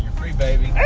free, baby